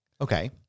Okay